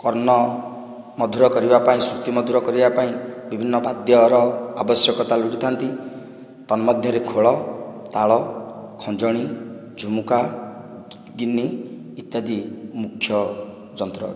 କର୍ଣ୍ଣ ମଧୁର କରିବାପାଇଁ ସୃତି ମଧୁର କରିବାପାଇଁ ବିଭିନ୍ନ ବାଦ୍ୟର ଆବଶ୍ୟକତା ଲୋଡ଼ିଥାନ୍ତି ତନ୍ମଧ୍ୟରେ ଖୋଳ ତାଳ ଖଞ୍ଜଣୀ ଝୁମୁକା ଗିନି ଇତ୍ୟାଦି ମୁଖ୍ୟ ଯନ୍ତ୍ର ଅଟେ